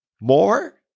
more